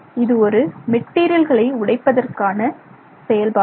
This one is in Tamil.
இது ஒரு மெட்டீரியல்களை உடைப்பதற்கான செயல்பாடு